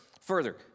Further